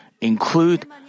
include